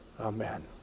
Amen